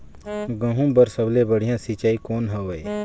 गहूं बर सबले बढ़िया सिंचाई कौन हवय?